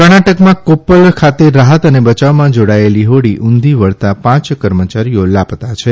કર્ણાટકમાં કોપ્પલ ખાતે રાહત અને બયાવમાં જાડાયેલી હોડી ઉંધી વળતાં પાંચ કર્મચારીઓ લાપતા છે